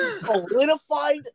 solidified